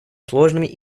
сложными